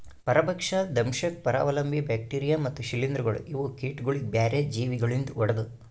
ಪರಭಕ್ಷ, ದಂಶಕ್, ಪರಾವಲಂಬಿ, ಬ್ಯಾಕ್ಟೀರಿಯಾ ಮತ್ತ್ ಶ್ರೀಲಿಂಧಗೊಳ್ ಇವು ಕೀಟಗೊಳಿಗ್ ಬ್ಯಾರೆ ಜೀವಿ ಗೊಳಿಂದ್ ಹೊಡೆದು